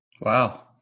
wow